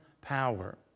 power